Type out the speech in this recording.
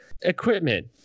equipment